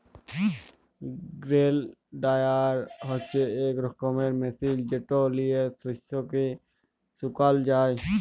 grain dryer হছে ইক রকমের মেশিল যেট লিঁয়ে শস্যকে শুকাল যায়